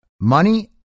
money